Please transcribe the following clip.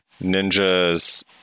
Ninjas